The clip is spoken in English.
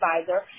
advisor